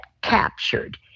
captured